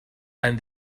and